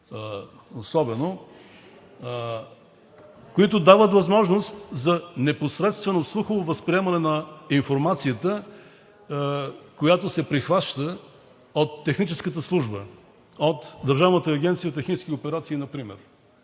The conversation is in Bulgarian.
по-особено, които дават възможност за непосредствено слухово възприемане на информацията, която се прихваща от техническата служба от Държавната агенция „Технически операции“ например.